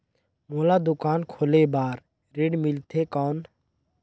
मोला दुकान खोले बार ऋण मिलथे कौन?